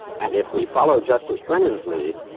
and if we follow justice brennan's lead,